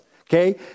Okay